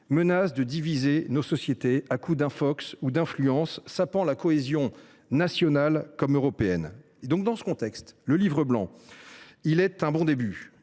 menacent de diviser nos sociétés à coups d’infox et d’influence, sapant la cohésion nationale comme européenne. Dans ce contexte, le livre blanc est un bon début